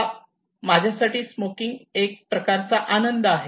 हा माझ्या साठी स्मोकिंग एक प्रकारचा आनंद आहे